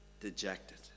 dejected